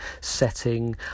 setting